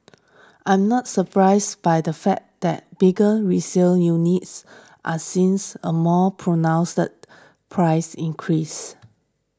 I am not surprised by the fact that bigger resale units are seems a more pronounced price increase